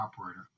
operator